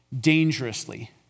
Dangerously